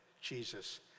Jesus